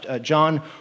John